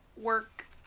work